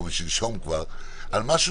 או כבר משלשום על משהו